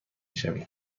شویم